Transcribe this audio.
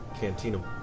cantina